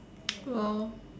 !wow!